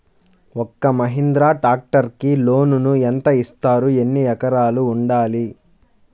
ఒక్క మహీంద్రా ట్రాక్టర్కి లోనును యెంత ఇస్తారు? ఎన్ని ఎకరాలు ఉండాలి?